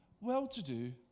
well-to-do